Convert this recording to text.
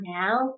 now